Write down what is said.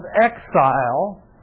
exile